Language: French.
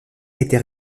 était